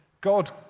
God